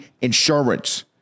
insurance